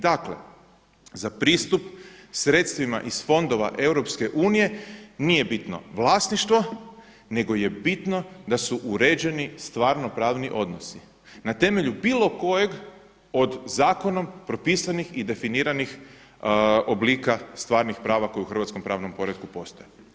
Dakle, za pristup sredstvima iz fondova EU nije bitno vlasništvo nego je bitno da su uređeni stvarno pravni odnosi na temelju bilo kojeg od zakonom propisanih i definiranih oblika stvarnih prava koje u hrvatskom pravnom poretku postoje.